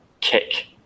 kick